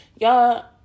Y'all